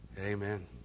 Amen